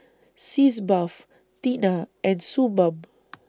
Sitz Bath Tena and Suu Balm